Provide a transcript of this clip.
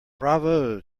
bravo